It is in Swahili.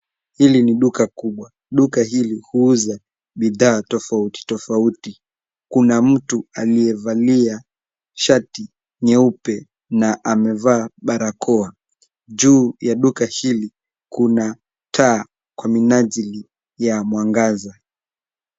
Hili ni duka kubwa. Duka hili huuza bidhaa toafuti tofauti kuna mtu aliyevalia shati nyeupe na amevaa barakoa. Juu ya duka hili kuna taa kwa minajili ya mwagaza.